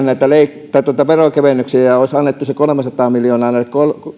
näitä veronkevennyksiä ja olisi annettu se kolmesataa miljoonaa